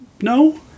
No